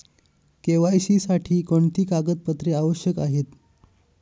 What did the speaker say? KYC साठी कोणती कागदपत्रे आवश्यक आहेत?